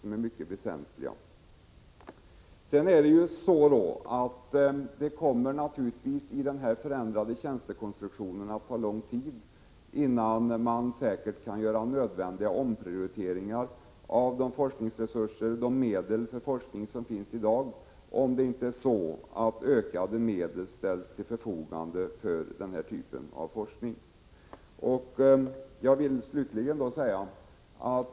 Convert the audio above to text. Med den här förändrade tjänstekonstruktionen kommer det naturligtvis också att ta lång tid innan man kan göra nödvändiga omprioriteringar av de medel för forskning som finns i dag, om inte ökade medel ställs till förfogande för den här typen av forskning.